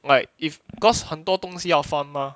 like if cause 很多东西要 farm mah